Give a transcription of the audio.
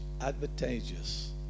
advantageous